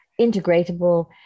integratable